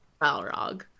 balrog